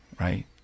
right